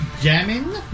jamming